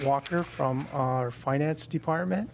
walker from our finance department